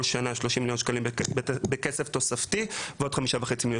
כל שנה 30 מיליון שקלים בכסף תוספתי ועוד 5.5 מיליון